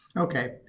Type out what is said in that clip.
okay,